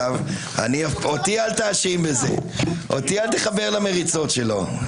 אותי אל תחבר למריצות שלו.